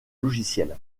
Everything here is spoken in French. logiciel